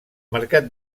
mercat